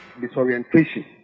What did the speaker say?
disorientation